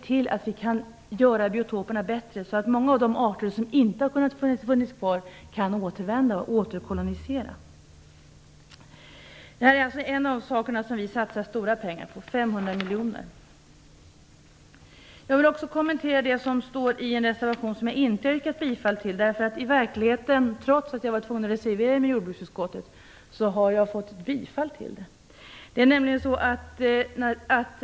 Dessutom måste vi se till att biotoperna kan göras bättre, så att många av de arter som inte finns kvar kan återvända och återkolonisera. Det här är en av de saker som vi satsar stora pengar på, 500 miljoner kronor. Jag vill sedan kommentera vad som står i en reservation som jag inte yrkat bifall till. Trots att jag blev tvungen att reservera mig i jordbruksutskottet tillstyrktes reservationen.